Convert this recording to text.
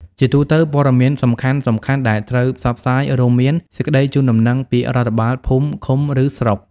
ជាទូទៅ ព័ត៌មានសំខាន់ៗដែលត្រូវបានផ្សព្វផ្សាយរួមមាន សេចក្ដីជូនដំណឹងពីរដ្ឋបាលភូមិ ឃុំ ឬស្រុក។